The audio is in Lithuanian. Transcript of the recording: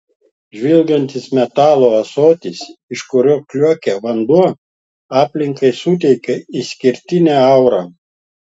žvilgantis metalo ąsotis iš kurio kliokia vanduo aplinkai suteikia išskirtinę aurą